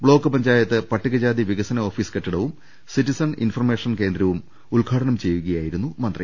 block panchayat പട്ടികജാതി വികസന office കെട്ടിടവും സിറ്റിസൺ ഇൻഫർമേഷൻ കേന്ദ്രവും ഉദ്ഘാടനം ചെയ്യുകയായിരുന്നു മന്ത്രി